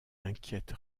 inquiète